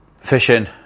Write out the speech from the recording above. fishing